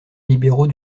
libéraux